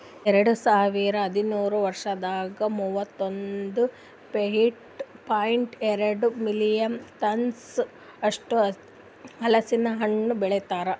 ಎರಡು ಸಾವಿರ ಹದಿನಾರು ವರ್ಷದಾಗ್ ಮೂವತ್ತೊಂದು ಪಾಯಿಂಟ್ ಎರಡ್ ಮಿಲಿಯನ್ ಟನ್ಸ್ ಅಷ್ಟು ಹಲಸಿನ ಹಣ್ಣು ಬೆಳಿತಾರ್